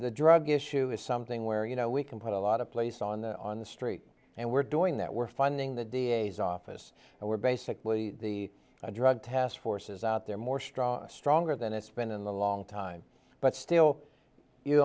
the drug issue is something where you know we can put a lot of place on the on the street and we're doing that we're funding the d a s office and we're basically the drug task forces out there more stronger stronger than it's been in the long time but still you